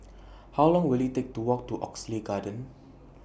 How Long Will IT Take to Walk to Oxley Garden